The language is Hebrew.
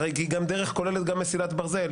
הרי כי גם דרך כוללת גם מסילת ברזל.